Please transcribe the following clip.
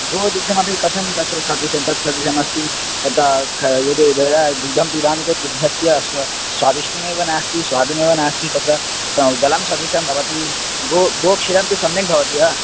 गोदुग्धमपि कथं तत्र स्वादिष्टम् अस्ति तदा किं यदि दुग्धं दुग्धं पिबामि चेत् दुग्धस्य स्वस्य स्वादिष्टमेव नास्ति स्वादुः एव नास्ति तत्र जलस्य सदृशं भवति गो गोक्षीरं तु सम्यक् भवति वा